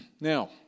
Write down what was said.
Now